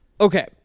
Okay